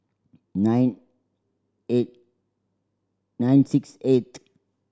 nine eight nine six eight